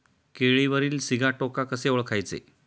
केळीवरील सिगाटोका कसे ओळखायचे?